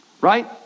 right